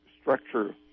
structure